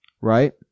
right